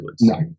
No